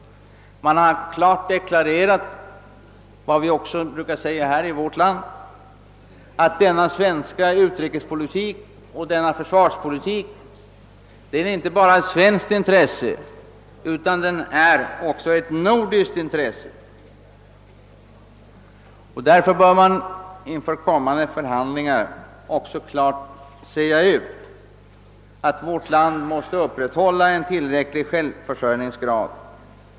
Man har klart deklarerat vad vi också brukar säga i vårt land, att denna utrikespolitik och denna försvarspolitik inte bara är ett svenskt utan också ett nordiskt intres se. Därför bör vi inför kommande förhandlingar klart säga ifrån att vi måste upprätthålla en tillräcklig självförsörjningsgrad.